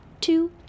two